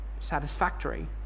satisfactory